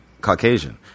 Caucasian